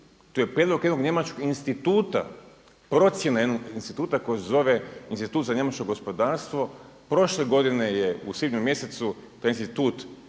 To je prijedlog jednog njemačkog instituta procjene jednog instituta koji se zove Institut za njemačko gospodarstvo. Prošle godine je u svibnju mjesecu taj institut